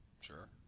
sure